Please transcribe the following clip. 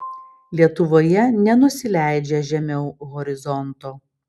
lietuvoje nenusileidžia žemiau horizonto